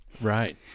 Right